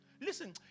Listen